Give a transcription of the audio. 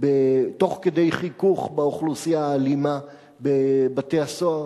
תוך כדי חיכוך באוכלוסייה האלימה בבתי-הסוהר,